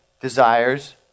desires